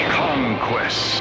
conquest